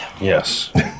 yes